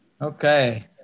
Okay